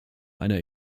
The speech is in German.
einer